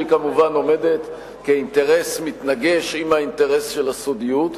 שכמובן עומדת כאינטרס מתנגש עם האינטרס של הסודיות.